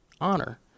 Honor